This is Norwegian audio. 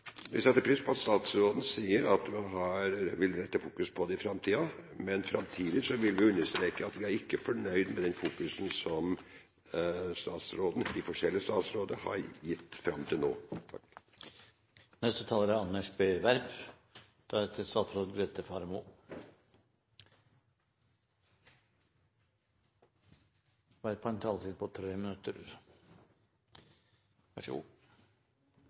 setter pris på at statsråden sier at hun vil fokusere på det i framtiden, men samtidig vil vi understreke at vi ikke er fornøyd med det fokuset som de ulike statsrådene har hatt fram til nå.